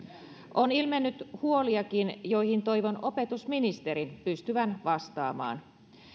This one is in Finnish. on ilmennyt huoliakin joihin toivon opetusministerin pystyvän vastaamaan